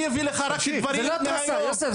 זה לא התרסה יוסף,